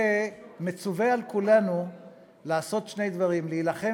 ומצווה על כולנו לעשות שני דברים: להילחם